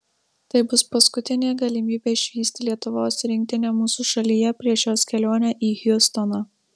tai bus paskutinė galimybė išvysti lietuvos rinktinę mūsų šalyje prieš jos kelionę į hjustoną